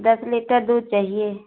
दस लीटर दूध चाहिए